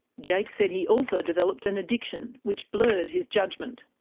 jake said he also developed an addiction, which blurred his judgement.